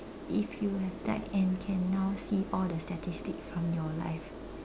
if you have died and can now see all the statistics from your life